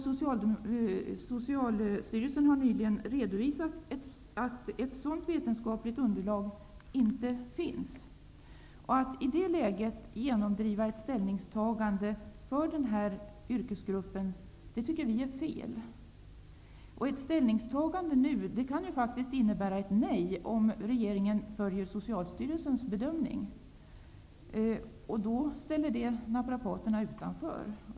Socialstyrelsen har nyligen redovisat att ett sådant vetenskapligt underlag inte finns. Att i det läget genomdriva ett ställningstagande för denna yrkesgrupp tycker vi är fel. Ett ställningstagande nu kan faktiskt innebära ett nej om regeringen följer Socialstyrelsens bedömning. Då kommer detta att ställa naprapaterna utanför.